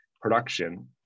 production